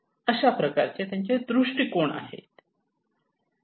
अशाप्रकारे त्यांचे दृष्टिकोन आहेत